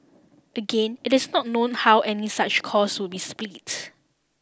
again it is not known how any such cost would be split